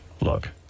Look